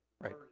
Right